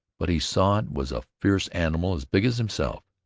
but he saw it was a fierce animal as big as himself.